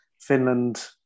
Finland